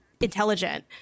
intelligent